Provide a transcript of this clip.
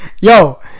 Yo